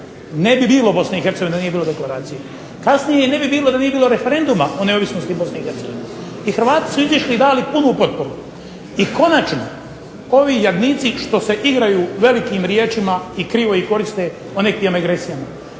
Ne bi bilo BiH da nije bilo deklaracije. Kasnije ne bi bilo da nije bilo referenduma o neovisnosti BiH. I Hrvati su izišli i dali punu potporu. I konačno, ovi jadnici što se igraju velikim riječima i krivo ih koriste o nekakvim agresijama.